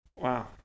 Wow